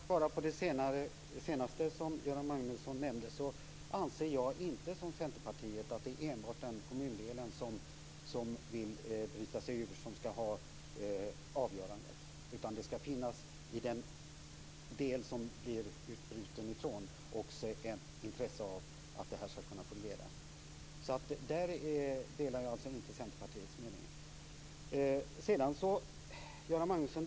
Fru talman! För att svara på den senaste frågan från Göran Magnusson vill jag säga att jag inte som Centerpartiet anser att det enbart är den kommundel som vill bryta sig ut som skall ha avgörandet. Det kan också vara så att det i den del som utbrytningen skall ske från finns ett intresse av att kommunen skall fortleva oförändrad. Göran Magnusson!